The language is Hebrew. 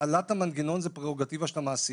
הפעלת המנגנון היא פררוגטיבה של המעסיק.